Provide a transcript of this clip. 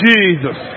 Jesus